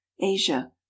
Asia